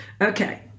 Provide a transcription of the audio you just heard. Okay